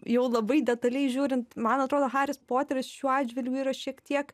jau labai detaliai žiūrint man atrodo haris poteris šiuo atžvilgiu yra šiek tiek